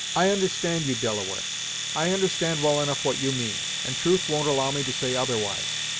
i understand you, delaware i understand well enough what you mean, and truth won't allow me to say otherwise.